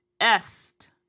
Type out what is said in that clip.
Est